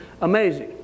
Amazing